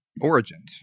origins